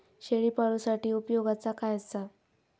शेळीपाळूसाठी उपयोगाचा काय असा?